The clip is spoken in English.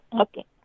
Okay